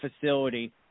facility